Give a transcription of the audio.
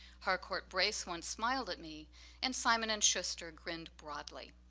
harcourt brace once smiled at me and simon and schuster grinned broadly.